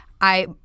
I-